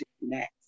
next